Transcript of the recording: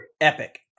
Epic